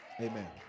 Amen